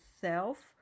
self